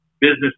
Business